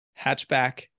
Hatchback